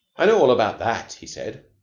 i know all about that, he said.